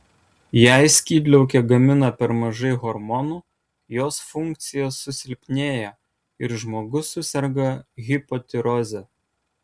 jeigu skydliaukė gamina per mažai hormonų jos funkcija susilpnėja ir žmogus suserga hipotiroze